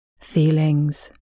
feelings